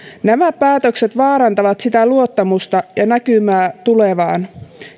nämä päätökset vaarantavat sitä luottamusta ja näkymää tulevaan